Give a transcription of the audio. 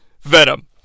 Venom